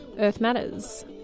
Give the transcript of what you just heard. earthmatters